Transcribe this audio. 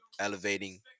elevating